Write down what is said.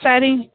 சரிங்க